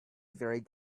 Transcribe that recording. very